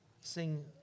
sing